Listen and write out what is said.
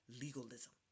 legalism